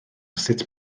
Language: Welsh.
sut